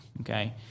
okay